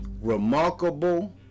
Remarkable